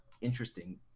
interesting